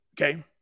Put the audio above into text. Okay